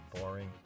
boring